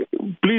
please